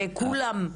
הרי כולם ככה".